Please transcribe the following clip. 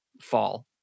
fall